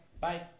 Bye